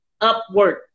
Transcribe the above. Upward